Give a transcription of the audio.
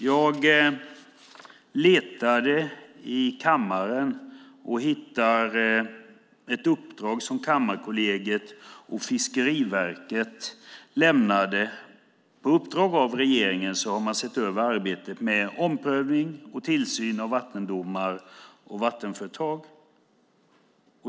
Jag har letat lite och hittat en redovisning som Kammarkollegiet och Fiskeriverket har lämnat av ett uppdrag från regeringen, där de hade sett över arbetet med omprövning och tillsyn av vattendomar och vattenföretag.